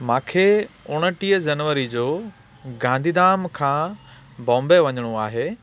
मूंखे उणिटीह जनवरी जो गांधीधाम खां बोंबे वञिणो आहे